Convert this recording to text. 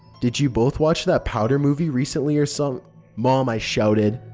did you both watch that powder movie recently or somethi mom! i shouted.